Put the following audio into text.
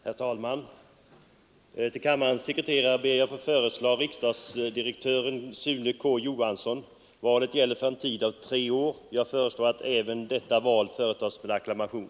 Herr talman! Till kammarens sekreterare ber jag att få föreslå riksdagsdirektören Sune K. Johansson. Valet gäller för en tid av tre år. Jag föreslår att även detta val företas med acklamation.